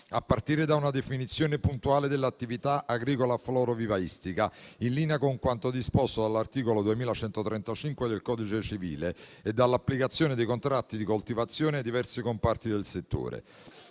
a partire da una definizione puntuale dell'attività agricola florovivaistica, in linea con quanto disposto dall'articolo 2135 del codice civile e dall'applicazione dei contratti di coltivazione ai diversi comparti del settore.